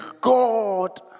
God